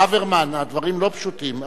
ברוורמן, הדברים לא פשוטים.